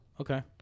Okay